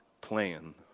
plan